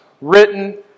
written